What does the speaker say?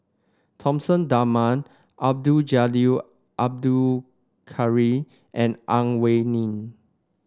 Thomas Dunman Abdul Jalil Abdul Kadir and Ang Wei Neng